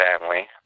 family